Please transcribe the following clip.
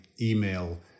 email